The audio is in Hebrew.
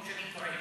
או שאני טועה?